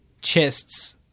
chests